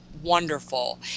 wonderful